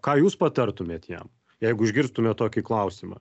ką jūs patartumėt jam jeigu išgirstumėt tokį klausimą